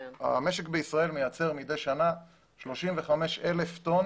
המשק בישראל מייצר מדי שנה 35,000 טון